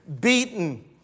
beaten